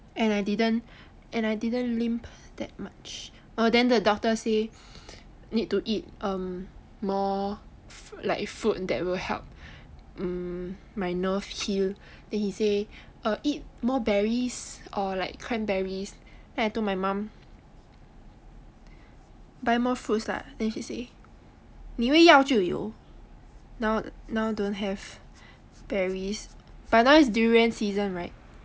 and I didn't I didn't limp that much oh then the doctor say need to eat um more fr~ like fruit that will help mm my nerve heal then he say uh eat more berries or like cranberries then I told my mom buy more fruits lah then she say 你以为要就有 now now don't have berries but now it's durian season right